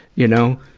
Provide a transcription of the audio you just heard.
you know?